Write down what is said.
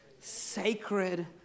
Sacred